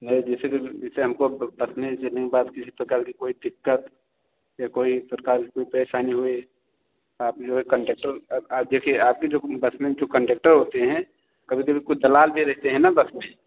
नहीं जैसे कभी जैसे हमको पैसा देने के बाद किसी प्रकार की कोई दिक्कत या कोई प्रकार की कोई परेशानी हुई आप जो है कंडेक्टर अब आप देखिए आपके जो बस में जो कंडेक्टर होते हैं कभी कभी कुछ दलाल भी रहते हैं न बस में